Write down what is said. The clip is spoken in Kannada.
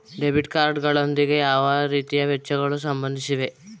ಡೆಬಿಟ್ ಕಾರ್ಡ್ ಗಳೊಂದಿಗೆ ಯಾವ ರೀತಿಯ ವೆಚ್ಚಗಳು ಸಂಬಂಧಿಸಿವೆ?